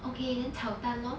okay then 炒蛋 lor